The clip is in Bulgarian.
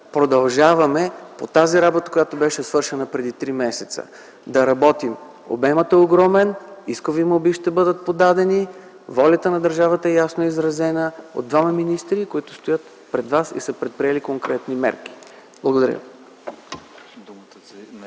заедно. От тази работа, която беше свършена преди 3 месеца, продължаваме да работим. Обемът е огромен, искови молби ще бъдат подадени, волята на държавата е ясно изразена от двама министри, които стоят пред Вас и са предприели конкретни мерки. Благодаря. ПРЕДСЕДАТЕЛ